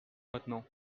maintenant